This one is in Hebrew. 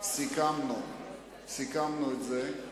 סיכמנו את זה.